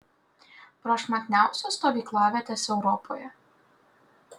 prašmatniausios stovyklavietės europoje